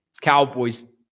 Cowboys